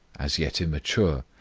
as yet immature,